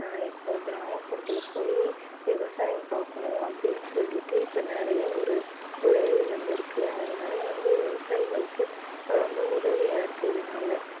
இப்போது கிராமபுறத்தில் போய் விவசாயம் பார்க்கணும் அப்படினு சொல்லிட்டு இப்போ நிறைய ஒரு உதவி வந்துருக்கு அதனால் வந்து விவசாயிகளுக்கு ரொம்ப உதவியாக இருக்குது இதனால